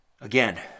again